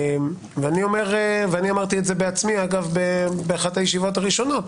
אני אמרתי את זה בעצמי באחת הישיבות הראשונות,